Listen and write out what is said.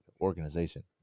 organization